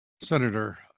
Senator